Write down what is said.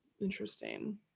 Interesting